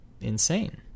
insane